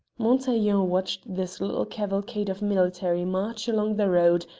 montaiglon watched this little cavalcade of military march along the road,